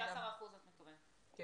הרפורמה לא